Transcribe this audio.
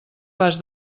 pas